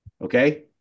Okay